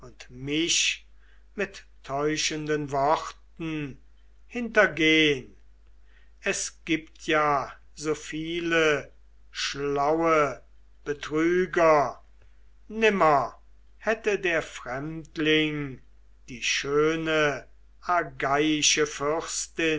mich mit täuschenden worten hintergehn es gibt ja so viele schlaue betrüger nimmer hätte der fremdling die schöne